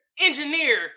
engineer